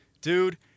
Dude